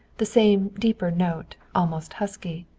the same deeper note, almost husky.